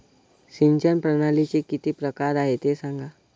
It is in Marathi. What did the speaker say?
सिंचन प्रणालीचे किती प्रकार आहे ते सांगा